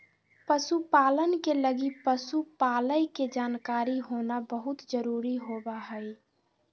पशु पालन के लगी पशु पालय के जानकारी होना बहुत जरूरी होबा हइ